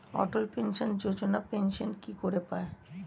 অটল pension Yojana pension কি করে পায়?